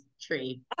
tree